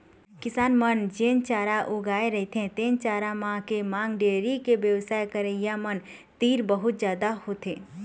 किसान मन जेन चारा उगाए रहिथे तेन चारा मन के मांग डेयरी के बेवसाय करइया मन तीर बहुत जादा होथे